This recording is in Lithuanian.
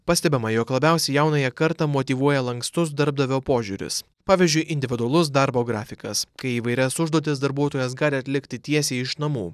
pastebima jog labiausiai jaunąją kartą motyvuoja lankstus darbdavio požiūris pavyzdžiui individualus darbo grafikas kai įvairias užduotis darbuotojas gali atlikti tiesiai iš namų